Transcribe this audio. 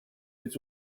its